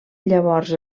llavors